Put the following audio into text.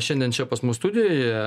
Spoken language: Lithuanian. šiandien čia pas mus studijoje